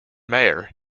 mayer